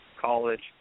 college